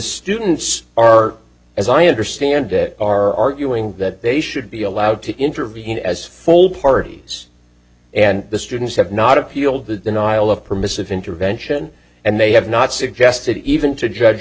students are as i understand it are arguing that they should be allowed to intervene as full parties and the students have not appealed the denial of permissive intervention and they have not suggested even to judge